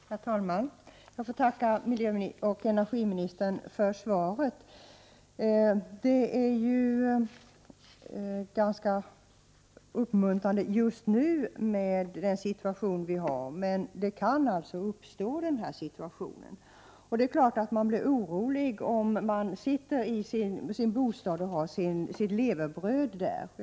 Herr talman! Jag får tacka miljöoch energiministern för svaret. Det är ganska uppmuntrande just nu, med den situation vi har. Men en bristsituation kan uppstå. Det är klart att man blir orolig om man tjänar sitt levebröd i bostaden.